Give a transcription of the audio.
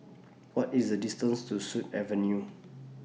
What IS The distance to Sut Avenue